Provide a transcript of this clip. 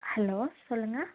hello சொல்லுங்க